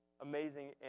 amazing